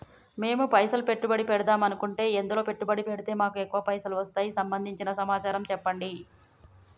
మేము పైసలు పెట్టుబడి పెడదాం అనుకుంటే ఎందులో పెట్టుబడి పెడితే మాకు ఎక్కువ పైసలు వస్తాయి సంబంధించిన సమాచారం చెప్పండి?